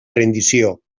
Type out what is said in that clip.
rendició